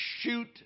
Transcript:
shoot